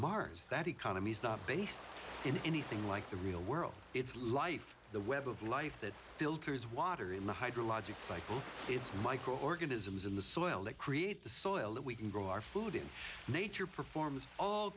mars that economy is not based in anything like the real world it's life the web of life that filters water in the hydrologic cycle it's microorganisms in the soil that create the soil that we can grow our food in nature performs all